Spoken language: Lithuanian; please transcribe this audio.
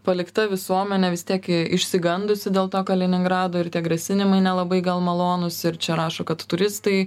palikta visuomenė vis tiek išsigandusi dėl to kaliningrado ir tie grasinimai nelabai gal malonūs ir čia rašo kad turistai